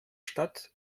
stadt